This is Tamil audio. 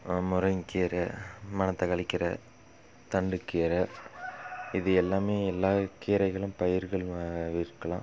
முருங்க கீரை மணத்தக்காளி கீரை தண்டு கீரை இது எல்லாமே எல்லா கீரைகளும் பயிர்கள் விற்கலாம்